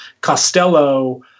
Costello